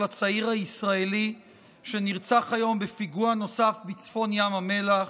הצעיר הישראלי שנרצח היום בפיגוע נוסף בצפון ים המלח.